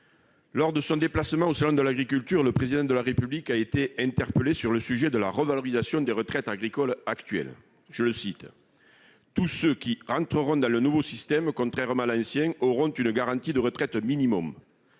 Lors de son déplacement au salon de l'agriculture, le Président de la République, interpellé sur le sujet de la revalorisation des retraites agricoles actuelles, a déclaré :« Tous ceux qui rentreront dans le nouveau système, contrairement à l'ancien, auront une garantie de retraite minimum.